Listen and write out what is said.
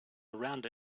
around